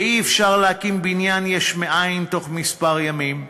ואי-אפשר להקים בניין יש מאין בתוך כמה ימים,